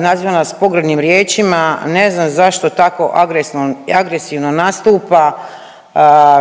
naziva nas pogrdnim riječima. Ne znam zašto tako agresivno nastupa,